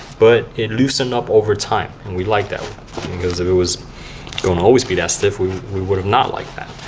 but it loosened up over time. and we like that because if it was going to always be that stiff, we we would not liked that.